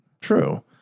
True